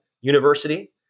University